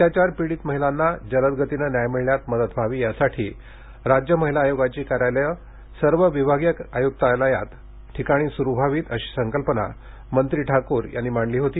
अत्याचारपीडित महिलांना जलद गतीने न्याय मिळण्यास मदत व्हावी यासाठी राज्य महिला आयोगाची कार्यालये सर्व विभागीय आयुक्तालय मुख्यालयांच्या ठिकाणी सुरू व्हावीत अशी संकल्पना मंत्री ठाकूर यांनी मांडली होती